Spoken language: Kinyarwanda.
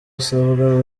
asabwa